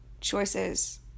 choices